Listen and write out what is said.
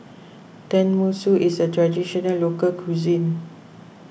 Tenmusu is a Traditional Local Cuisine